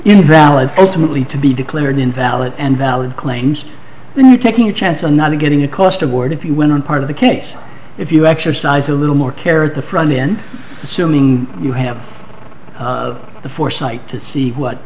know valid ultimately to be declared invalid and valid claims and you're taking a chance on not getting a cost award if you went on part of the case if you exercise a little more care at the front in assuming you have the foresight to see what